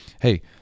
Hey